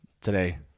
today